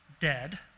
dead